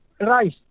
rice